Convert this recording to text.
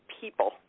people